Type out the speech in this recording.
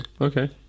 Okay